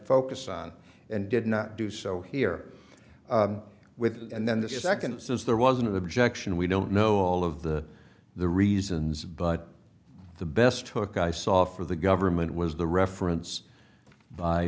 focus on and did not do so here with and then the second since there was an objection we don't know all of the the reasons but the best took i saw for the government was the reference by